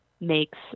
makes